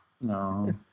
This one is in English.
No